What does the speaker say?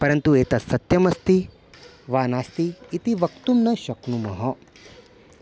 परन्तु एतत् सत्यमस्ति वा नास्ति इति वक्तुं न शक्नुमः